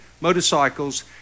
motorcycles